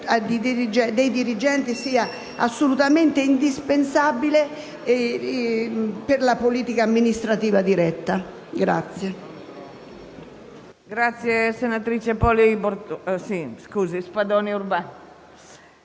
dei dirigenti sia assolutamente indispensabile per la politica amministrativa diretta. [LI